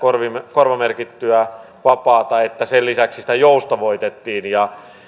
korvamerkittyä vapaata että sen lisäksi sitä joustavoitettiin ja